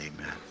amen